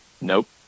nope